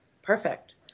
Perfect